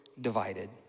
divided